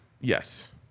yes